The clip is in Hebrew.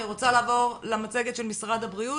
כי אני רוצה לעבור למצגת של משרד הבריאות.